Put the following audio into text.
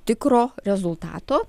tikro rezultato